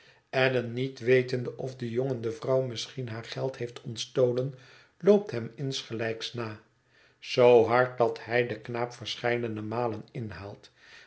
allan niet wetende of de jongen de vrouw misschien haar geld heeft ontstolen loopt hem insgelijks na zoo hard dat hij den knaap verscheidene malen inhaalt